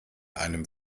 einem